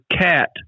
cat